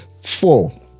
four